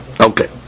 Okay